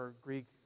Greek